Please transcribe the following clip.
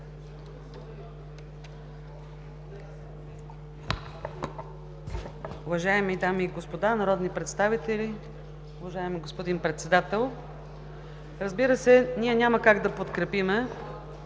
Уважаеми дами и господа народни представители, уважаеми господин Председател! Разбира се, ние няма как да подкрепим